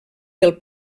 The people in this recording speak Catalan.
del